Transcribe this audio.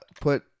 put